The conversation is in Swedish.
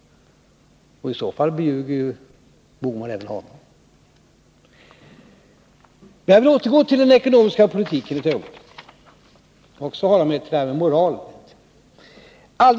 I så fall ljuger ju herr Bohman även när det gäller Berndt Öhman. Jag vill återgå till den ekonomiska politiken för ett ögonblick. Jag skall hålla mig till det här med moralen.